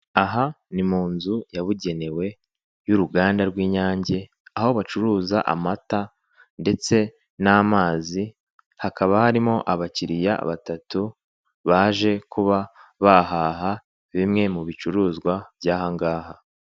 Aha ni mu nzu yabugenewe y'uruganda rw'inyange, aho bacuruza amata ndetse n'amazi, hakaba harimo abakiliya batatu baje kuba bahaha bimwe mu bicuruzwa by'aha ngaha.